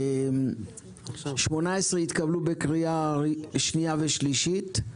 18 התקבלו בקריאה שנייה ושלישית.